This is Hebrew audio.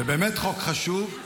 זה באמת חוק חשוב.